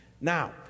Now